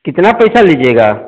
कितना पैसा लीजिएगा